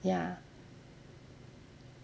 ya